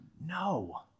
No